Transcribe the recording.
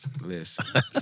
Listen